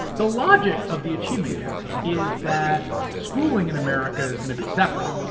the logic of the achievement gap is that schooling in america's gonna be separate,